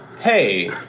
hey